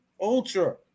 Ultra